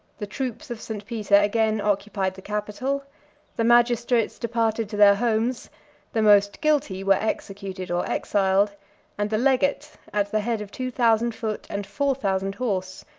the troops of st. peter again occupied the capitol the magistrates departed to their homes the most guilty were executed or exiled and the legate, at the head of two thousand foot and four thousand horse,